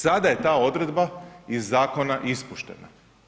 Sada je ta odredba iz zakona ispuštena.